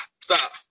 stop